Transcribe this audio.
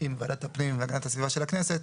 עם ועדת הפנים והגנת הסביבה של הכנסת,